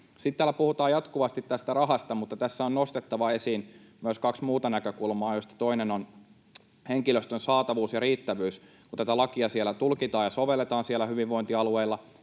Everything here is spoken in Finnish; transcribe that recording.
Sitten täällä puhutaan jatkuvasti tästä rahasta, mutta tässä on nostettava esiin myös kaksi muuta näkökulmaa, joista toinen on henkilöstön saatavuus ja riittävyys, kun tätä lakia tulkitaan ja sovelletaan siellä hyvinvointialueilla,